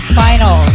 final